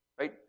right